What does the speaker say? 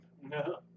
No